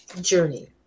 Journey